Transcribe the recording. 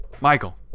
Michael